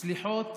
סליחות